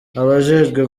abajejwe